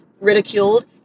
ridiculed